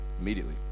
immediately